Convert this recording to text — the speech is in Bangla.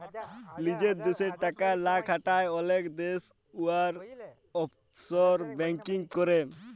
লিজের দ্যাশে টাকা লা খাটায় অল্য দ্যাশে উয়ারা অফশর ব্যাংকিং ক্যরে